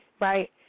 right